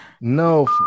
No